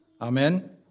Amen